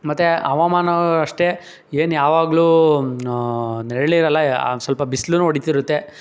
ಮತ್ತು ಹವಾಮಾನ ಅಷ್ಟೇ ಏನು ಯಾವಾಗಲೂ ನೆರಳಿರಲ್ಲ ಸ್ವಲ್ಪ ಬಿಸ್ಲುನೂ ಹೊಡಿತಿರುತ್ತೆ